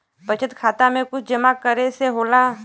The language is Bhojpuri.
बचत खाता मे कुछ जमा करे से होला?